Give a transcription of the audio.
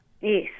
Yes